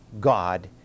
God